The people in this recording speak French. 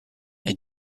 est